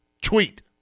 Tweet